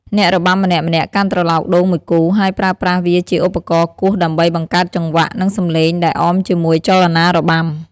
អ្នករបាំម្នាក់ៗកាន់ត្រឡោកដូងមួយគូ ហើយប្រើប្រាស់វាជាឧបករណ៍គោះដើម្បីបង្កើតចង្វាក់ និងសំឡេងដែលអមជាមួយចលនារបាំ។